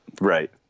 Right